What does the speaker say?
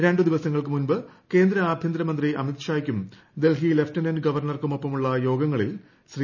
രണ്ടു ദിവസങ്ങൾക്ക് മുമ്പ് കേന്ദ്ര ആഭൃന്തരമന്ത്രി അമിത് ഷായ്ക്കും ഡൽഹി ലഫ്റ്റനന്റ് ഗവർണർക്കുമൊപ്പമുള്ള യോഗങ്ങളിൽ ശ്രീ